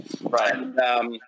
Right